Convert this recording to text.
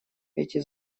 эти